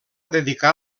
dedicar